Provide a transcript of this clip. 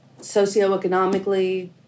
socioeconomically